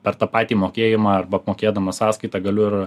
per tą patį mokėjimą arba apmokėdamas sąskaitą galiu ir